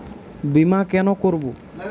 বিমা কেন করব?